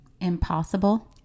impossible